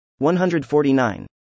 149